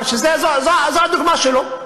זו הדוגמה שלו,